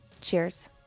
Cheers